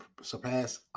surpass